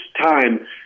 time